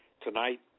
Tonight